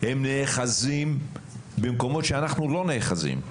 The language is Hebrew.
הם נאחזים במקומות שאנחנו לא נאחזים,